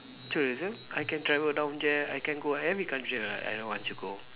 tourism I can travel down there I can go every country that I I want to go